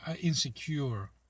insecure